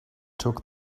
took